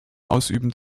ausüben